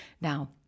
Now